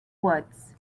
woods